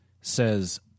says